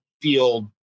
field